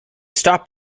stop